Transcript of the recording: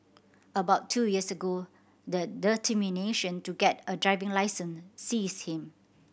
about two years ago the determination to get a driving licence seized him